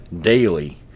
daily